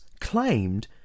claimed